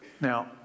Now